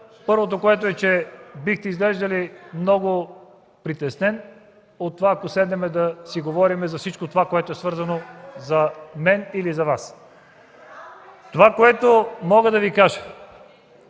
първото е, че бихте изглеждали много притеснен, ако седнем да си говорим за всичко, което е свързано за мен или за Вас. Това, което мога да Ви кажа